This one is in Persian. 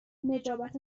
نجابت